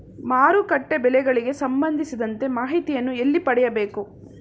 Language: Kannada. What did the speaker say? ಮಾರುಕಟ್ಟೆ ಬೆಲೆಗಳಿಗೆ ಸಂಬಂಧಿಸಿದಂತೆ ಮಾಹಿತಿಯನ್ನು ಎಲ್ಲಿ ಪಡೆಯಬೇಕು?